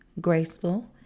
graceful